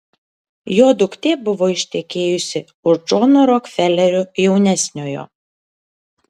jo duktė buvo ištekėjusi už džono rokfelerio jaunesniojo